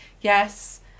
Yes